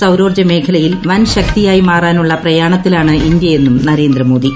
സൌരോർജ്ജ മേഖില്യിൽ വൻ ശക്തിയായി മാറാനുള്ള പ്രയാണത്തിലാണ് ഇന്ത്യയെന്നും നരേന്ദ്രമോദി